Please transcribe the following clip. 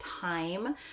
time